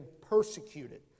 persecuted